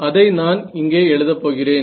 அதை நான் இங்கே எழுதப் போகிறேன்